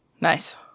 Nice